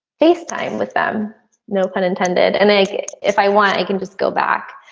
facetime with them no pun intended and they get if i want i can just go back.